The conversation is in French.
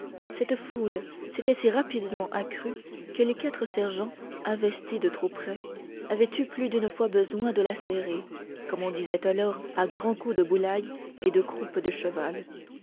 cette foule s'était si rapidement accrue que les quatre sergents investis de trop près avaient eu plus d'une fois besoin de la serrer comme on disait alors à grands coups de boullaye et de croupe de cheval